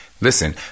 listen